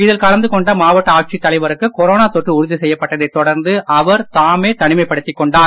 இதில் கலந்து கொண்ட மாவட்ட ஆட்சித் தலைவருக்கு கொரோனா தொற்று உறுதி செய்யப்பட்டதைத் தொடர்ந்து அவர் தாமே தனிமைப்படுத்திக் கொண்டார்